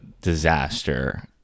disaster